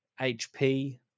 HP